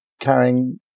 carrying